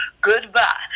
goodbye